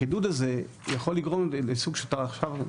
החידוד הזה יכול לגרום ל --- אתה עכשיו,